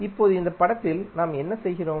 இப்போது இந்த படத்தில் நாம் என்ன செய்கிறோம்